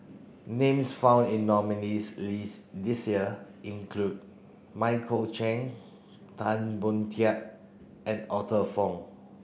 names found in nominees' list this year include Michael Chiang Tan Boon Teik and Arthur Fong